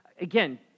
again